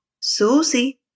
Susie